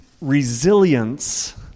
Resilience